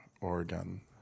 Oregon